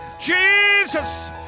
Jesus